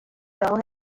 fell